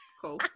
cool